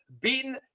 beaten